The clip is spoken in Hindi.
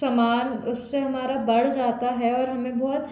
सम्मान उससे हमारा बढ़ जाता है और हमें बहुत